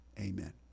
Amen